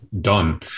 done